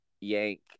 Yank